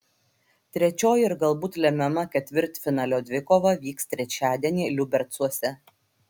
trečioji ir galbūt lemiama ketvirtfinalio dvikova vyks trečiadienį liubercuose